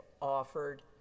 offered